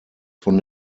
von